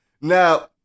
Now